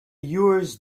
yours